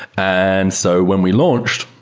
and so when we launched,